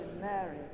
Mary